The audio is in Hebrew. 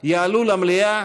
יעלו למליאה,